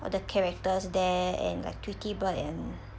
all the characters there and like tweety bird and